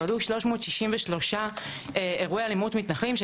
תועדו 363 אירועי אלימות מתנחלים של